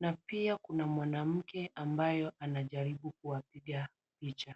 na pia kuna mwanamke ambayo anajaribu kuwapiga picha.